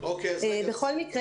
בכל מקרה,